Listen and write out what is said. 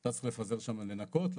אתה צריך לפזר שם, לנקות.